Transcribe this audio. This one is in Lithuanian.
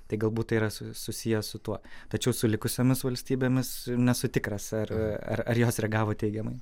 tai galbūt tai yra su susiję su tuo tačiau su likusiomis valstybėmis nesu tikras ar ar ar jos reagavo teigiamai